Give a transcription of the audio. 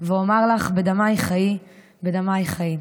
ואמר לך בדמיִך חיי ואמר לך בדמיך חיי".